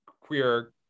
queer